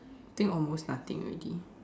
I think almost nothing already